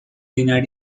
denied